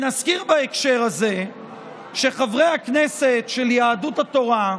נזכיר בהקשר הזה שחברי הכנסת של יהדות התורה,